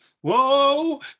whoa